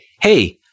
hey